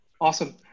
Awesome